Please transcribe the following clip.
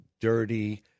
dirty